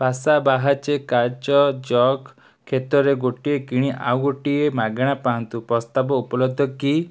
ପାସାବାହ୍ଚେ କାଚ ଜଗ୍ କ୍ଷେତ୍ରରେ ଗୋଟିଏ କିଣି ଆଉ ଗୋଟିଏ ମାଗଣା ପାଆନ୍ତୁ ପ୍ରସ୍ତାବ ଉପଲବ୍ଧ କି